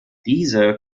diese